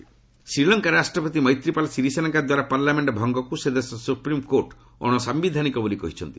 ଶ୍ରୀଲଙ୍କା ଶ୍ରୀଲଙ୍କାରେ ରାଷ୍ଟ୍ରପତି ମୈତ୍ରୀପାଲ୍ ଶିରିସେନାଙ୍କ ଦ୍ୱାରା ପାର୍ଲାମେଣ୍ଟ ଭଙ୍ଗକୁ ସେ ଦେଶର ସୁପ୍ରିମ୍କୋର୍ଟ ଅଣ ସାୟିଧାନିକ ବୋଲି କହିଛନ୍ତି